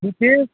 ठीक छै